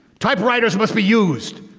typewriters must be used,